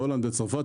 בהולנד ובצרפת,